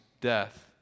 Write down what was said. death